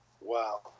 Wow